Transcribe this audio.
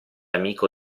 amico